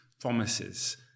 promises